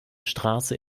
straße